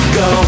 go